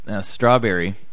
Strawberry